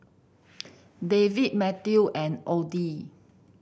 David Mathew and Audy